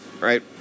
right